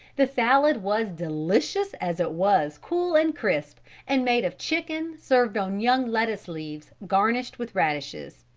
the salad was delicious as it was cool and crisp and made of chicken served on young lettuce leaves garnished with radishes.